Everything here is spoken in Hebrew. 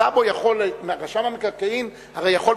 רשם המקרקעין הרי יכול,